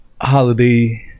holiday